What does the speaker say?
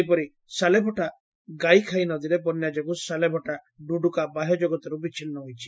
ସେହିପରି ସାଲେଭଟା ଗାଇଖାଇ ନଦୀରେ ବନ୍ୟା ଯୋଗୁଁ ସାଲେଭଟା ଡୁଡୁକା ବାହ୍ୟଜଗତରୁ ବିଛିନ୍ନ ହୋଇଯାଇଛି